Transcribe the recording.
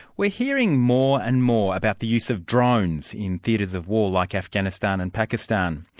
we're hearing more and more about the use of drones in theatres of war, like afghanistan and pakistan.